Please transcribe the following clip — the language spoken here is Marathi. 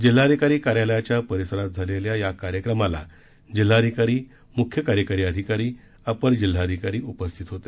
जिल्हाधिकारी कार्यालयाच्या परिसरात झालेल्या या कार्यक्रमाला जिल्हाधिकारी मुख्य कार्यकारी अधिकारी अपर जिल्हाधिकारी उपस्थित होते